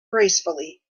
gracefully